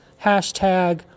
Hashtag